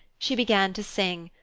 she began to sing,